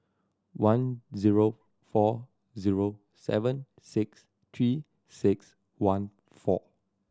one zero four zero seven six Three Six One four